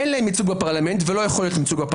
אין להם ייצוג בפרלמנט ולא יכול להיות להם כזה,